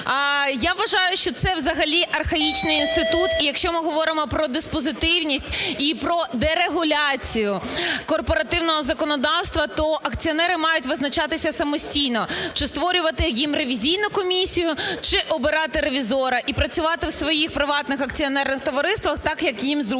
Я вважаю, що це взагалі архаїчний інститут. І якщо ми говоримо про диспозитивність і про дерегуляцію корпоративного законодавства, то акціонери мають визначатися самостійно, чи створювати їм ревізійну комісію, чи обирати ревізора і працювати в своїх приватних акціонерних товариствах так, як їм зручно.